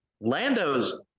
Lando's